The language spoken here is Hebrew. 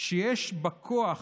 שיש בכוח